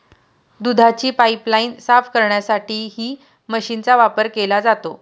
दुधाची पाइपलाइन साफ करण्यासाठीही मशीनचा वापर केला जातो